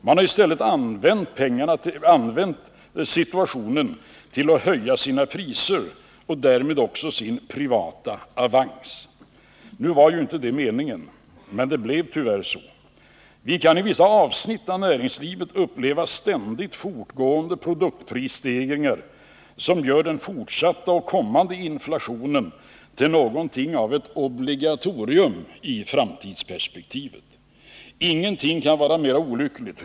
Man har i stället använt situationen till att höja sina priser och därmed också sin privata avans. Nu var ju inte det meningen, men det blev tyvärr så. Vi kan på vissa avsnitt av näringslivet uppleva ständigt fortgående produktprisstegringar, som gör den fortsatta och kommande inflationen till någonting av ett obligatorium i framtidsperspektivet. Ingenting kan vara mera olyckligt.